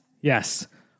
Yes